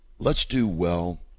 let's-do-well